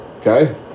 okay